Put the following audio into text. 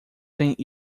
tem